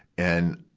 and,